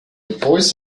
voice